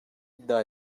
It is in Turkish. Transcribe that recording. iddia